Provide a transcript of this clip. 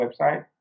website